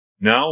Now